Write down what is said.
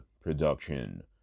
production